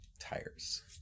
tires